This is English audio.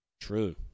True